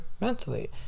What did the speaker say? mentally